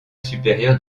supérieure